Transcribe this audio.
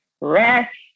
rest